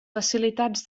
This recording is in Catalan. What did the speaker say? facilitats